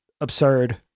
absurd